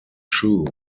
chu